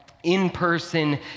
in-person